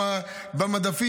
סדרן מדפים,